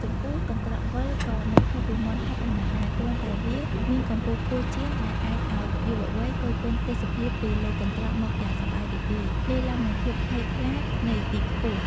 ចំពោះ កន្រ្តកវិល ក៏មិនខុសពីមាន់ហោះប៉ុន្មានដែរ គ្រាន់តែវាមានកម្ពស់ខ្ពស់ជាងដែលអាចឲ្យយុវវ័យគយគន់ទេសភាពពីលើកន្រ្តកមកយ៉ាងសប្បាយរីករាយ លាយលំនិងភាពភ័យខ្លាចនៃទីខ្ពស់។